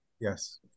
yes